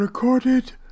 Recorded